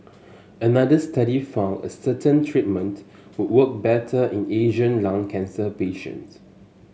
another study found a certain treatment work better in Asian lung cancer patients